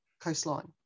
coastline